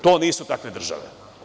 To nisu takve države.